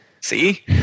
See